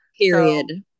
Period